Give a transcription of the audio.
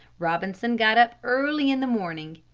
robinson got up early in the morning.